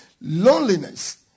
loneliness